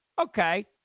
okay